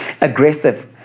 aggressive